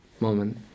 moment